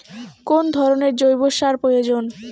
কোন ধরণের জৈব সার প্রয়োজন?